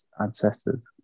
ancestors